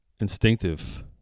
instinctive